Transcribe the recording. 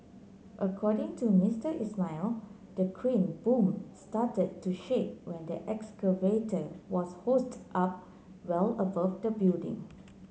according to Mister Ismail the crane boom started to shake when the excavator was hoisted up well above the building